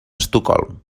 estocolm